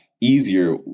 easier